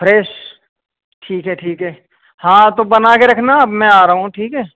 fresh ٹھیک ہے ٹھیک ہے ہاں تو بنا کے رکھنا اب میں آ رہا ہوں ٹھیک ہے